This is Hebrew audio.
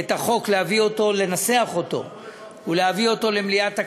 את החוק, לנסח אותו ולהביא אותו למליאת הכנסת,